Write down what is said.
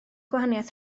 gwahaniaeth